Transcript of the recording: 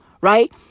right